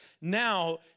Now